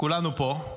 כולנו פה,